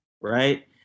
right